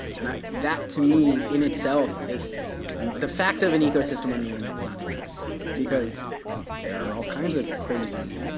and that to me in itself is the fact of an ecosystem on the internet is not interesting. because there are all kinds of crazy